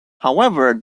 however